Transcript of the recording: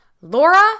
Laura